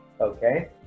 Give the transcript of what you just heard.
Okay